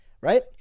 right